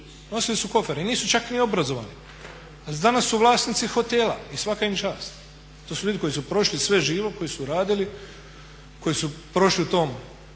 nosili su kofere i nisu čak ni obrazovani. Ali danas su vlasnici hotela i svaka im čast. To su ljudi koji su prošli sve živo, koji su radili, koji su prošli u tom